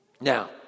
Now